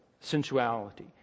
Sensuality